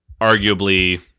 arguably